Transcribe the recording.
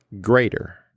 greater